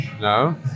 no